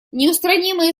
неустранимые